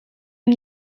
een